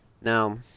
Now